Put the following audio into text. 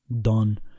done